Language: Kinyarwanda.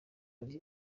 hari